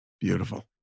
Beautiful